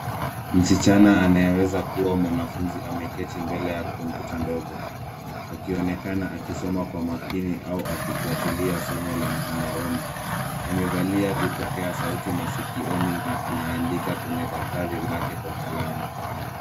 Msichana anayeweza kuwa mwanafunzi ameketi mbele ya kompyuta ndogo akionekana akisoma kwa makini au akifuatilia somo la mtandaoni. Amevalia vipokea sauti masikioni na anaandika kwenye daftari lake kwa kalamu.